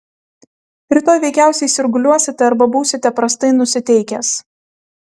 rytoj veikiausiai sirguliuosite arba būsite prastai nusiteikęs